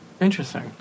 Interesting